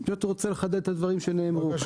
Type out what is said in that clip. אני פשוט רוצה לחדד את הדברים שנאמרו.